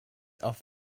auf